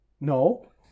no